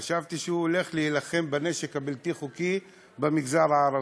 חשבתי שהוא הולך להילחם בנשק הבלתי-חוקי במגזר הערבי.